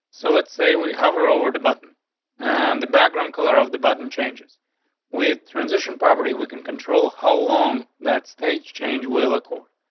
so let's say we have her over the button on and the background color of the button changes with transition property we can control how long that stage change will accord.